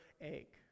ache